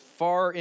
far